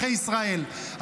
אזרחי ישראל,